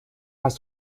hast